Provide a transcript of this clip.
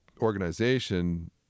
organization